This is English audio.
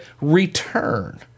return